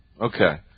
Okay